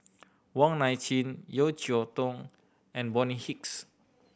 Wong Nai Chin Yeo Cheow Tong and Bonny Hicks